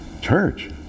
Church